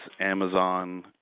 Amazon